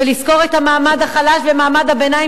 ולזכור את המעמד החלש ואת מעמד הביניים